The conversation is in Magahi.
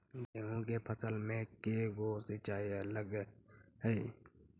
गेहूं के फसल मे के गो सिंचाई लग हय?